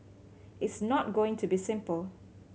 it's not going to be simple